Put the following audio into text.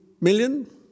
million